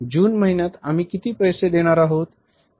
जून महिन्यात आम्ही किती पैसे देणार आहोत